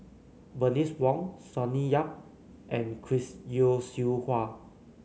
Bernice Wong Sonny Yap and Chris Yeo Siew Hua